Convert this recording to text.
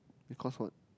because what